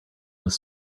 was